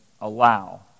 allow